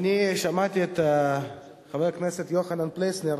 שמעתי את חבר הכנסת יוחנן פלסנר,